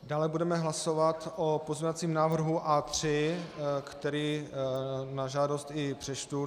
Dále budeme hlasovat o pozměňovacím návrhu A3, který na žádost i přečtu.